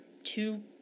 two